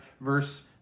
verse